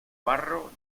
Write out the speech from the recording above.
barro